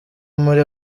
muri